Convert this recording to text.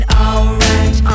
alright